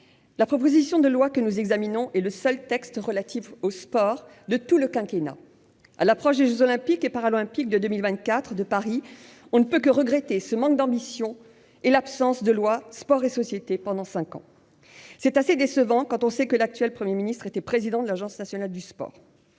la proposition de loi que nous examinons est le seul texte relatif au sport de tout le quinquennat. À l'approche des jeux Olympiques et Paralympiques de 2024 à Paris, on ne peut que regretter un tel manque d'ambition et l'absence de loi Sport et société pendant cinq ans. C'est assez décevant quand on sait que l'actuel Premier ministre a présidé l'Agence nationale du sport.